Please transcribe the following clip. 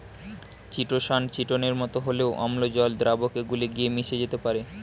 chitosan চিটোনের মতো হলেও অম্ল জল দ্রাবকে গুলে গিয়ে মিশে যেতে পারে